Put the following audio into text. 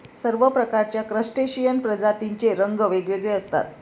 सर्व प्रकारच्या क्रस्टेशियन प्रजातींचे रंग वेगवेगळे असतात